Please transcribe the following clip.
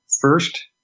first